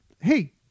hey